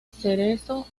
cerezo